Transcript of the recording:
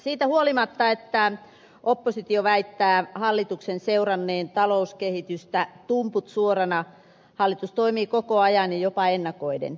siitä huolimatta että oppositio väittää hallituksen seuranneen talouskehitystä tumput suorana hallitus toimii koko ajan ja jopa ennakoiden